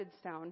stone